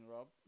Rob